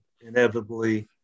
inevitably